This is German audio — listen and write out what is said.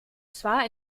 zwar